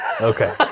Okay